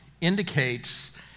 Indicates